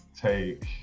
take